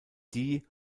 die